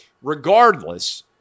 Regardless